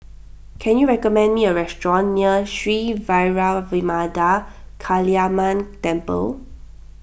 can you recommend me a restaurant near Sri Vairavimada Kaliamman Temple